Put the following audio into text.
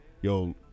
Yo